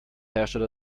herrschte